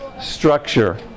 structure